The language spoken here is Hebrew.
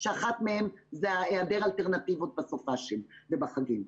שאחת מהן זה היעדר אלטרנטיבות בסופי שבוע ובחגים.